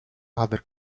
other